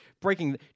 breaking